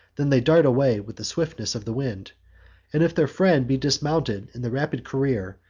than they dart away with the swiftness of the wind and if their friend be dismounted in the rapid career,